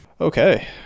Okay